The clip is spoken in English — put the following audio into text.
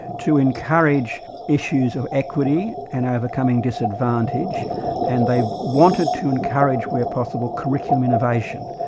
to encourage issues of equity and overcoming disadvantage and they wanted to encourage where possible, curriculum innovation,